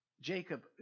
Jacob